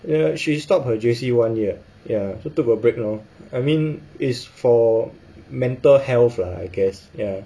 ya she stopped her J_C one year ya so took a break lor I mean it's for mental health lah I guess ya